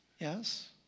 yes